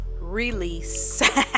release